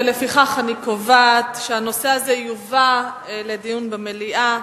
לפיכך אני קובעת שהנושא הזה יובא לדיון במליאה.